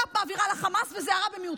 והרש"פ מעבירה לחמאס, וזה הרע במיעוטו.